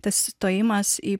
tas stojimas į